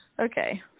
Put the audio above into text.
Okay